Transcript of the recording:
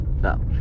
No